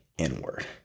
inward